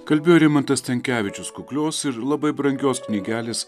kalbėjo rimantas stankevičius kuklios ir labai brangios knygelės